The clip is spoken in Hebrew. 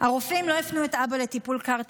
הרופאים לא הפנו את אבא לטיפול CAR T,